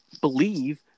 believe